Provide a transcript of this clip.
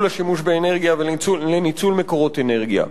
השימוש באנרגיה ולניצול מקורות אנרגיה.